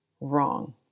wrong